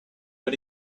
but